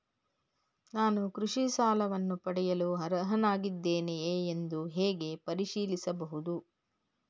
ನಾನು ಕೃಷಿ ಸಾಲವನ್ನು ಪಡೆಯಲು ಅರ್ಹನಾಗಿದ್ದೇನೆಯೇ ಎಂದು ಹೇಗೆ ಪರಿಶೀಲಿಸಬಹುದು?